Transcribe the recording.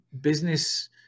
Business